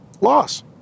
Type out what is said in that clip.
loss